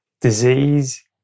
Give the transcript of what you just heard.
disease